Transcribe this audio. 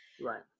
right